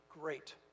great